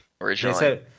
originally